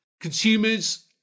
consumers